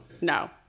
No